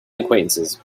acquaintances